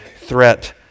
threat